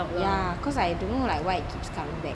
ya cause I don't know like why it keeps comming back